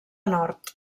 nord